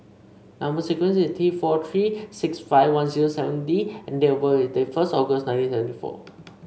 number sequence is T four three six five one zero seven D and date of birth is they first August nineteen seventy four